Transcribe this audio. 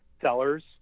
sellers